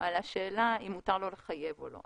על השאלה אם מותר לו לחייב או לא.